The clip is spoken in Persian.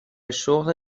شغل